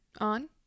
on